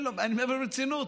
אני מדבר ברצינות.